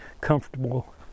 Comfortable